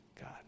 God